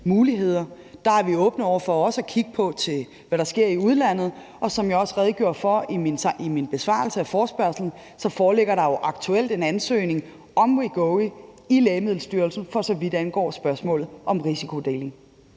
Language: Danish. Der er vi åbne for også at kigge på, hvad der sker i udlandet. Og som jeg også redegjorde for i min besvarelse af forespørgslen, foreligger der jo aktuelt en ansøgning om Wegovy i Lægemiddelstyrelsen, for så vidt angår spørgsmålet om risikodeling.